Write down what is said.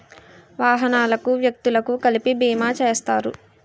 వాహనాలకు వ్యక్తులకు కలిపి బీమా చేస్తారు